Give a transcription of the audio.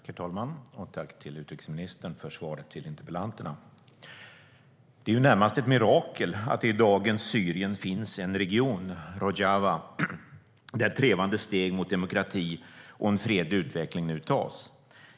Herr talman! Jag vill tacka utrikesministern för svaret till interpellanterna. Det är närmast ett mirakel att det i dagens Syrien finns en region, Rojava, där trevande steg mot demokrati och en fredlig utveckling nu tas.